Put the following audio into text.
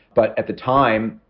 but at the time,